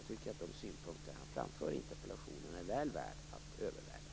De synpunkter som han har framfört är väl värda att överväga.